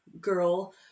girl